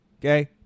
Okay